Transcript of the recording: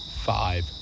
five